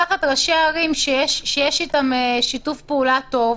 אתם צריכים לקחת ראשי ערים שיש איתם שיתוף פעולה טוב,